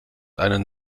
einen